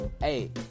hey